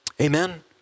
Amen